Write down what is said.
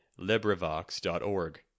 LibriVox.org